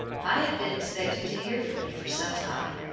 i have been expecting to hear from you for some time,